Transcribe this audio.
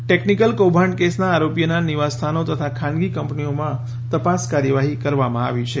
technical કૌભાંડ કેસનાં આરોપીઓનાં નિવાસસ્થાનો તથા ખાનગી કંપનીઓમાં તપાસ કાર્યવાહી કરવામાં આવી છે